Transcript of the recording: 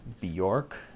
Bjork